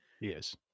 Yes